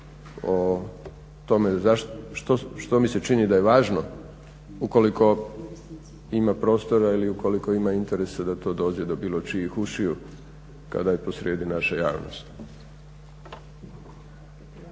o tome što mi se čini da je važno ukoliko ima prostora ili ukoliko ima interesa da to dođe do bilo čijih ušiju kada je po srijedi naša javnost.